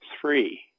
three